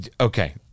Okay